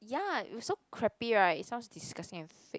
ya it was so crappy right it sounds disgusting and fake